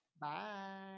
bye